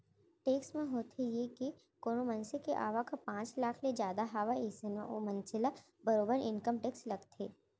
tax म होथे ये के कोनो मनसे के आवक ह पांच लाख ले जादा हावय अइसन म ओ मनसे ल बरोबर इनकम टेक्स लगथे